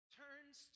turns